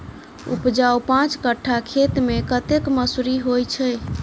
उपजाउ पांच कट्ठा खेत मे कतेक मसूरी होइ छै?